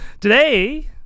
Today